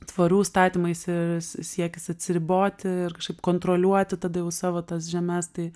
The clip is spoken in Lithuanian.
tvorų statymaisi ir si siekis atsiriboti ir kažkaip kontroliuoti tada savo tas žemes tai